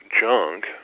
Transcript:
junk